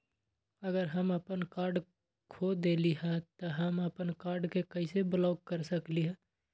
अगर हम अपन कार्ड खो देली ह त हम अपन कार्ड के कैसे ब्लॉक कर सकली ह?